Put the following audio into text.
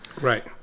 Right